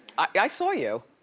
i saw you.